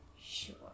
Sure